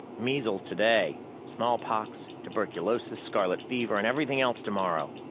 measles today, smallpox, tuberculosis, scarlet fever and everything else tomorrow.